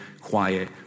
quiet